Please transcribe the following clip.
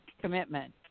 commitment